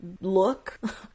look